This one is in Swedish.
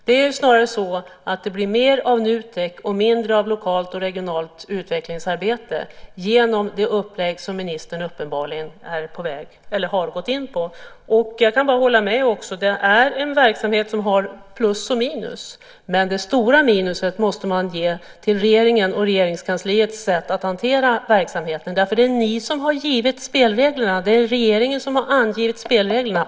Snarare är det så att det blir mer av Nutek och mindre av lokalt och regionalt utvecklingsarbete genom det upplägg som ministern uppenbarligen har gått in på. Jag kan hålla med om att det är en verksamhet med både plus och minus. Men det stora minuset måste man ge regeringen och Regeringskansliet för sättet att hantera verksamheten. Det är ju regeringen som har angett spelreglerna.